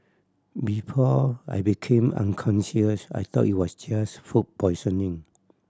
before I became unconscious I thought it was just food poisoning